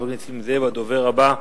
הדובר הבא,